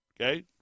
okay